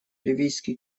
ливийский